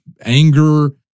anger